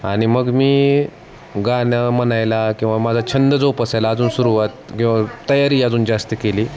आणि मग मी गाणं म्हणायला किंवा माझा छंद जोपासायला अजून सुरुवात किंवा तयारी अजून जास्त केली